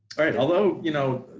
alright, although you know,